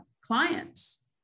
clients